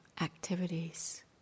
activities